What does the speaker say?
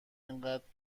اینقد